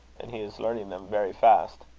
and he is learning them very fast.